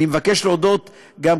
אני מבקש להודות גם,